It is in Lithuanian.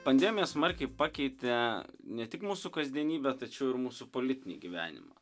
pandemija smarkiai pakeitė ne tik mūsų kasdienybę tačiau ir mūsų politinį gyvenimą